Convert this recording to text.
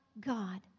God